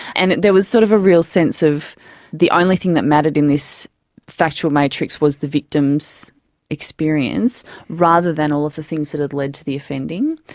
and there was sort of a real sense of the only thing that mattered in this factual matrix was the victim's experience rather than all the things that had led to the offending.